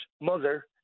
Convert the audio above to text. mother